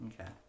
Okay